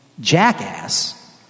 jackass